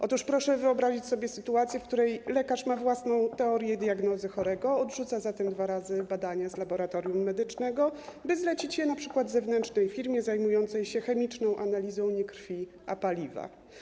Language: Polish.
Otóż proszę wyobrazić sobie sytuację, w której lekarz ma własną teorię diagnozy chorego, odrzuca zatem dwa razy badanie z laboratorium medycznego, by zlecić je zewnętrznej firmie zajmującej się np. chemiczną analizą nie krwi, a paliwa.